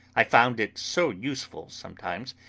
i found it so useful sometimes,